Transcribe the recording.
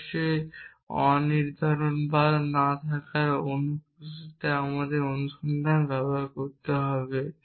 অবশ্যই অনির্ধারণবাদ না থাকার অনুপস্থিতিতে আমাদের অনুসন্ধান ব্যবহার করতে হবে